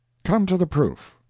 come to the proof.